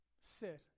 sit